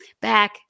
Back